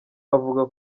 avuga